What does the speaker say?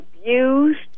abused